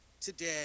today